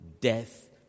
death